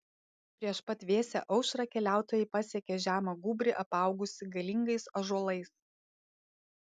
prieš pat vėsią aušrą keliautojai pasiekė žemą gūbrį apaugusį galingais ąžuolais